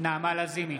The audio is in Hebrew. נעמה לזימי,